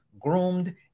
groomed